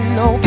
no